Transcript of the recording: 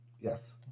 Yes